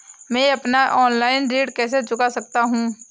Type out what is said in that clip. मैं अपना ऋण ऑनलाइन कैसे चुका सकता हूँ?